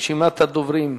רשימת הדוברים: